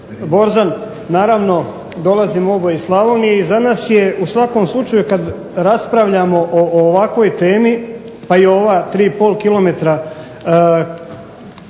Borzan naravno dolazimo oboje iz Slavonije i za nas je u svakom slučaju kada raspravljamo o ovakvoj temi, pa i ova 3,5 km dijela